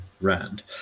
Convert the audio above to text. Rand